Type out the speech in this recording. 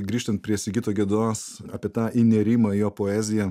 grįžtant prie sigito gedos apie tą įnėrimą į jo poeziją